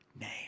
name